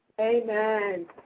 Amen